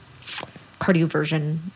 cardioversion